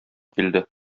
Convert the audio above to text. килде